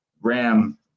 ram